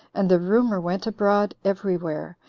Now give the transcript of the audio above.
and the rumor went abroad every where,